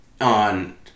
on